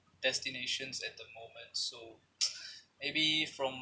destinations at the moment so maybe from